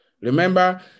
remember